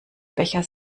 becher